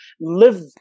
live